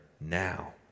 now